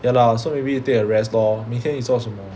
ya lah so maybe you take a rest lor 明天你做什么